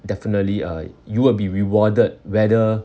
definitely uh you will be rewarded whether